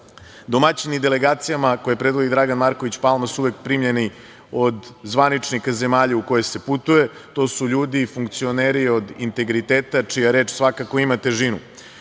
stanje. Domaćini delegacijama koje predvodi Dragan Marković Palma su uvek primljeni od zvaničnika zemalja u koje se putuje. To su ljudi i funkcioneri od integriteta čija reč svakako ima težinu.U